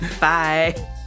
Bye